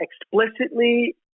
explicitly